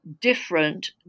different